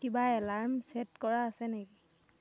কিবা alarm set কৰা আছে নেকি